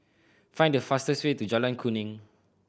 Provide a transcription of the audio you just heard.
find the fastest way to Jalan Kuning